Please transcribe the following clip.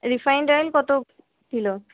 refined oil কত kilo